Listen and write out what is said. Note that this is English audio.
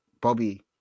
Bobby